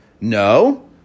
No